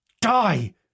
Die